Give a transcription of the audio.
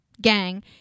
gang